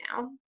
now